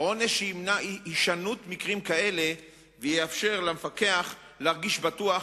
עונש שימנע הישנות מקרים כאלה ויאפשר למפקח להרגיש בטוח